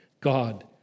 God